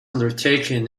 undertaken